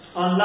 on